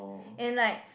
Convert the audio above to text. and like